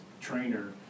trainer